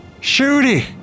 Shooty